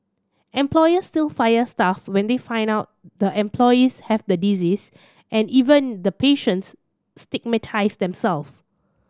employers still fire staff when they find out the employees have the disease and even the patients stigmatise them self